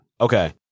okay